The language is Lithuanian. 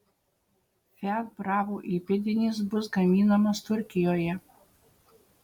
fiat bravo įpėdinis bus gaminamas turkijoje